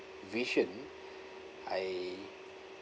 vision I